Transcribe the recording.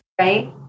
Right